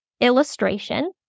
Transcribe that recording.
illustration